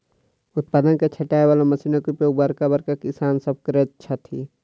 उत्पाद के छाँटय बला मशीनक उपयोग बड़का बड़का किसान सभ करैत छथि